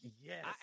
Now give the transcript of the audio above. yes